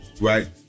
right